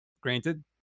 Granted